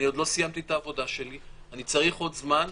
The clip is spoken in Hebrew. עוד לא סיימתי את העבודה שלי, אני צריך עוד זמן.